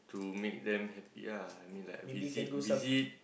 to make them happy ya I mean like visit visit